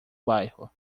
bairro